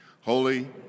Holy